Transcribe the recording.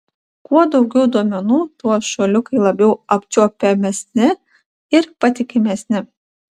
kuo daugiau duomenų tuo šuoliukai labiau apčiuopiamesni ir patikimesni